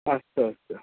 अस्तु अस्तु